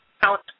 count